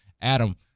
Adam